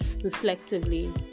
Reflectively